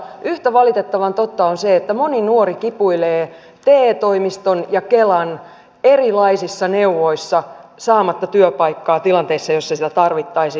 yhtä valitettavan totta on se että moni nuori kipuilee te toimiston ja kelan erilaisissa neuvoissa saamatta työpaikkaa tilanteessa jossa sitä tarvittaisiin